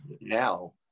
now